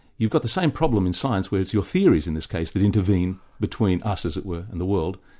you've got the same problem in science where it's your theories in this case, that intervene between us, as it were, in the world,